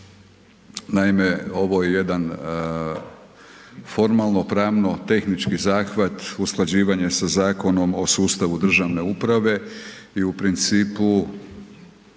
Naime, ovo je jedan formalno-pravno-tehnički zahvat usklađivanja sa Zakonom o sustavu državne uprave i u principu